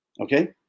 okay